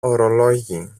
ωρολόγι